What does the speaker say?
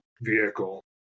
vehicle